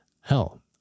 Hell